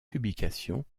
publications